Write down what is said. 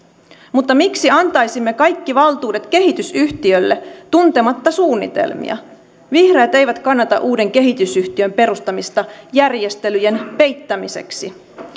mutta miksi antaisimme kaikki valtuudet kehitysyhtiölle tuntematta suunnitelmia vihreät eivät kannata uuden kehitysyhtiön perustamista järjestelyjen peittämiseksi